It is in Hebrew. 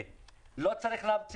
כמובן ניתן להם את